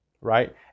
right